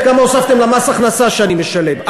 וכמה הוספתם למס הכנסה שאני משלם.